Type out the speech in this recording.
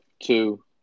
Two